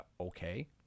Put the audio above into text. okay